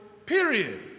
Period